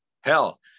hell